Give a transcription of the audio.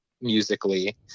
musically